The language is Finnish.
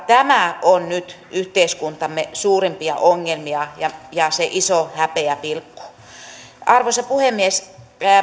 tämä on nyt yhteiskuntamme suurimpia ongelmia ja ja se iso häpeäpilkku arvoisa puhemies